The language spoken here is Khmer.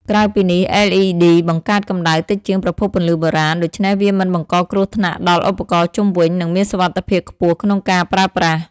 ក្រៅពីនេះLED បង្កើតកម្ដៅតិចជាងប្រភពពន្លឺបុរាណ ដូច្នេះវាមិនបង្កគ្រោះថ្នាក់ដល់ឧបករណ៍ជុំវិញ និងមានសុវត្ថិភាពខ្ពស់ក្នុងការប្រើប្រាស់។